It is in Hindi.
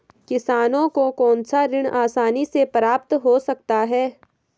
किसानों को कौनसा ऋण आसानी से प्राप्त हो सकता है?